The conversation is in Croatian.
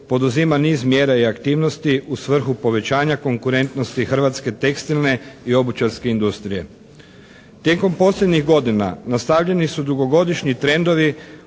poduzima niz mjera i aktivnosti u svrhu povećanja konkurentnosti hrvatske tekstilne i obućarske industrije. Tijekom posljednjih godina nastavljeni su dugogodišnji trendovi